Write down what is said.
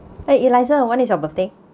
!hey! eliza when is your birthday